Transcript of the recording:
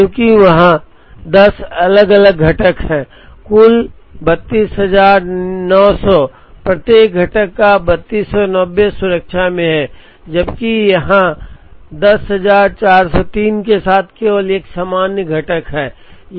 क्योंकि यहां 10 अलग अलग घटक हैं और कुल 32900 प्रत्येक घटक का 3290 सुरक्षा में है जबकि यहां 10403 के साथ केवल एक सामान्य घटक है